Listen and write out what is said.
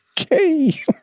Okay